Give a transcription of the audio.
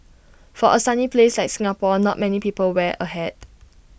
for A sunny place like Singapore not many people wear A hat